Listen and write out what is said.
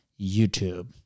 YouTube